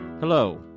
Hello